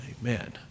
Amen